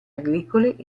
agricole